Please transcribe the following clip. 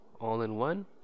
all-in-one